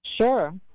Sure